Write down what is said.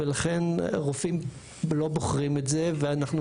לכן רופאים לא בוחרים את זה ואנחנו